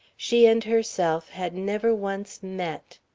she and herself had never once met.